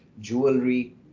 jewelry